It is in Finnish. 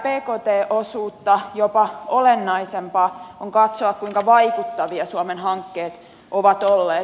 pelkkää bkt osuutta jopa olennaisempaa on katsoa kuinka vaikuttavia suomen hankkeet ovat olleet